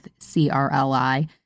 CRLI